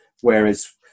whereas